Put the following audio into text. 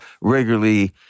regularly